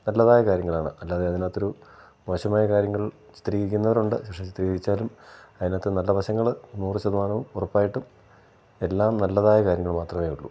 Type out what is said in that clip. നല്ലതായ കാര്യങ്ങളാണ് അല്ലാതെ അതിനകത്തൊരു മോശമായ കാര്യങ്ങൾ ചിത്രീകരിക്കുന്നവരുണ്ട് പക്ഷേ ചിത്രീകരിച്ചാലും അതിനകത്ത് നല്ല വശങ്ങൾ നൂറു ശതമാനവും ഉറപ്പായിട്ടും എല്ലാം നല്ലതായ കാര്യങ്ങൾ മാത്രമേ ഉള്ളു